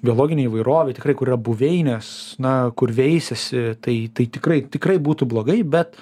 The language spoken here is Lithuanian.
biologinei įvairovei tikrai kur yra buveinės na kur veisiasi tai tai tikrai tikrai būtų blogai bet